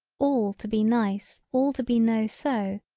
all to be nice all to be no so.